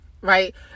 right